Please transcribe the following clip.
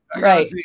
right